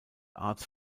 arts